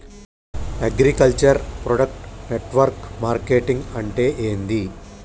Agriculture product network marketing అంటే ఏంది?